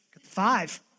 five